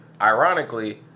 ironically